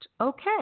Okay